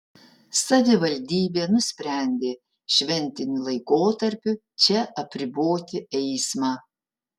savivaldybė nusprendė šventiniu laikotarpiu čia apriboti eismą